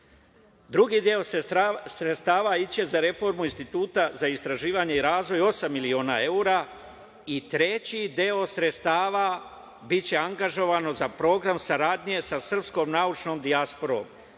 deo sredstava ići će za reformu Instituta za istraživanje i razvoj, osam miliona evra i treći deo sredstava biće angažovano za program saradnje sa srpskom naučnom dijasporom.